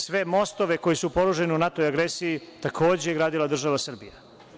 Sve mostove koji su porušeni u NATO agresiji, takođe je gradila država Srbija.